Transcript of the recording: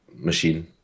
Machine